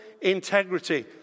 integrity